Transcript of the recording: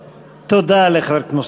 תודה רבה, אדוני.